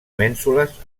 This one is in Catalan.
mènsules